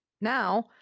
now